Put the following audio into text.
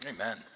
amen